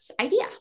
idea